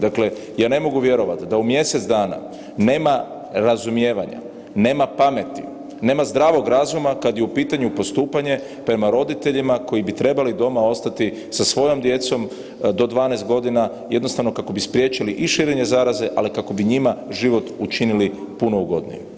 Dakle ja ne mogu vjerovati da u mjesec dana nema razumijevanja, nema pameti, nema zdravog razuma kada je u pitanju postupanje prema roditeljima koji bi trebali doma ostati sa svojom djecom do 12 godina kako bi spriječili i širenje zaraze, ali kako bi njima život učinili puno ugodnijim.